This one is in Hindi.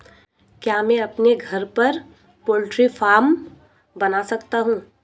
क्या मैं अपने घर पर पोल्ट्री फार्म बना सकता हूँ?